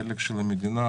חלק של המדינה,